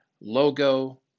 logo